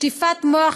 שטיפת מוח